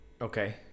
okay